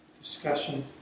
discussion